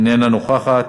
איננה נוכחת,